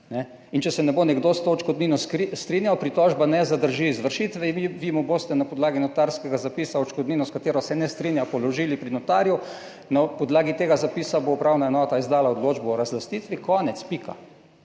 In če se nekdo ne bo s to odškodnino strinjal, pritožba ne zadrži izvršitve in vi mu boste na podlagi notarskega zapisa odškodnino, s katero se ne strinja, položili pri notarju, na podlagi tega zapisa bo upravna enota izdala odločbo o razlastitvi, konec, pika.